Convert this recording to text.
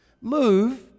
move